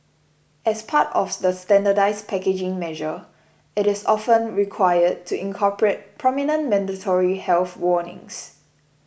as part of the standardised packaging measure it is often required to incorporate prominent mandatory health warnings